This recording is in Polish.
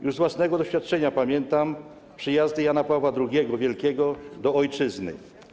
Już z własnego doświadczenia pamiętam przyjazdy Jana Pawła II Wielkiego do ojczyzny.